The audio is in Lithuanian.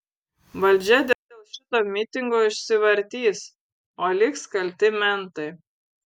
valdžia dėl šito mitingo išsivartys o liks kalti mentai